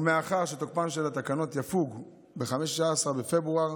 ומאחר שתוקפן של התקנות יפוג ב-15 בפברואר